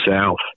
south